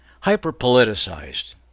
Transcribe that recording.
hyper-politicized